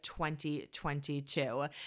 2022